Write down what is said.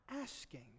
asking